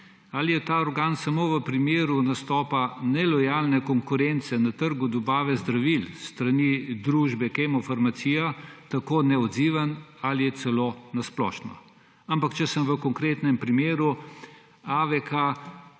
Ali je ta organ samo v primeru nastopa nelojalne konkurence na trgu dobave zdravil s strani družbe Kemofarmacija tako neodziven ali je celo na splošno? Ampak v konkretnem primeru,